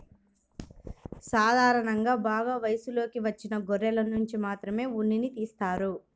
సాధారణంగా బాగా వయసులోకి వచ్చిన గొర్రెనుంచి మాత్రమే ఉన్నిని తీస్తారు